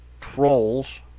trolls